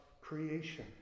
creation